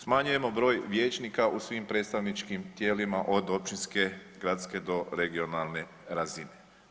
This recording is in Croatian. Smanjujemo broj vijećnika u svim predstavničkim tijelima, od općinske, gradske do regionalne razine.